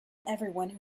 everyone